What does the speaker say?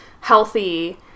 healthy